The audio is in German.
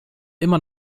immer